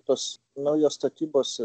tos naujos statybos